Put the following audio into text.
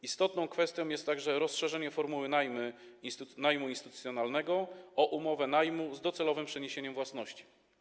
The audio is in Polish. Istotną kwestią jest także rozszerzenie formuły najmu instytucjonalnego o umowę najmu z docelowym przeniesieniem własności.